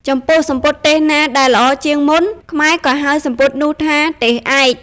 ចំពោះសំពត់ទេសណាដែលល្អជាងមុន ខ្មែរក៏ហៅសំពត់នោះថា «ទេសឯក»។